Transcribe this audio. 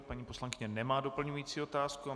Paní poslankyně nemá doplňující otázku.